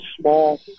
small